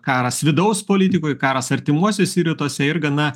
karas vidaus politikoj karas artimuosiuose rytuose ir gana